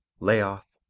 lay-off,